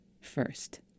first